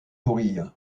nourrir